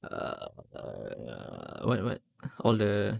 err err what what all the